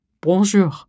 Bonjour